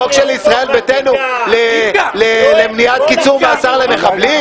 חוק של ישראל ביתנו למניעת קיצור מאסר למחבלים?